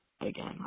Again